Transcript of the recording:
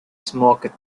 smoked